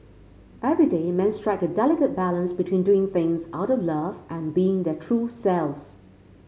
everyday men strike a delicate balance between doing things out of love and being their true selves